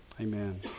Amen